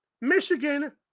Michigan